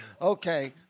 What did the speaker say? Okay